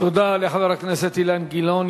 תודה לחבר הכנסת אילן גילאון.